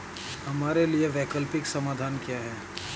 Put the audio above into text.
हमारे लिए वैकल्पिक समाधान क्या है?